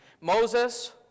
Moses